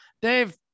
Dave